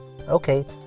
Okay